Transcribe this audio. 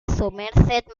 somerset